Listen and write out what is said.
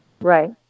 right